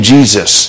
Jesus